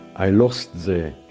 i lost the